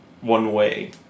one-way